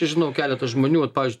žinau keletą žmonių vat pavyzdžiui